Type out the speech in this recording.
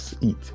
eat